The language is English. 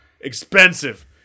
Expensive